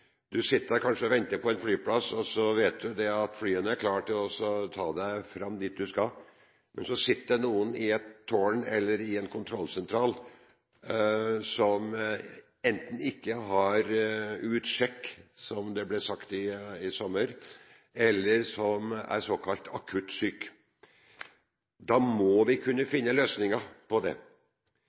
Du sitter kanskje og venter på en flyplass og vet at flyet er klart til å ta deg med dit du skal, men så sitter det noen i et tårn eller i en kontrollsentral som ikke har utsjekk, som det ble sagt i sommer, eller noen er såkalt akutt syk. Da må vi kunne finne løsninger på det.